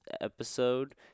episode